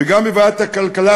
וגם בוועדת הכלכלה,